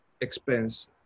expense